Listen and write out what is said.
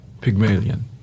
*Pygmalion*